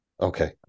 Okay